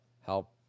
help